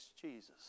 Jesus